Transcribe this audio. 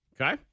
okay